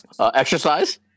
exercise